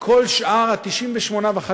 כל שאר ה-98.5%,